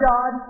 God